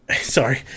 sorry